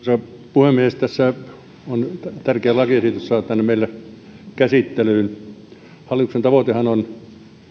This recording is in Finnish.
puhemies tässä on tärkeä lakiesitys saatu tänne meille käsittelyyn hallituksen tavoitehan on